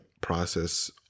process